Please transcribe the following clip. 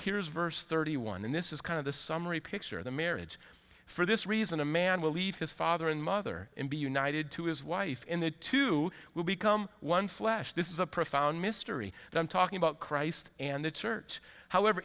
here is verse thirty one this is kind of the summary picture of the marriage for this reason a man will leave his father and mother and be united to his wife in the two will become one flesh this is a profound mystery and i'm talking about christ and the church however